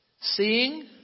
Seeing